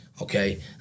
Okay